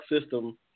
system